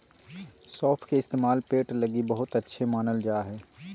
सौंफ के इस्तेमाल पेट लगी बहुते अच्छा मानल जा हय